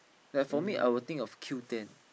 like for me I will think of Q-ten